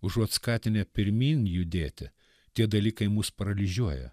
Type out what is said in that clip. užuot skatinę pirmyn judėti tie dalykai mus paralyžiuoja